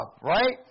Right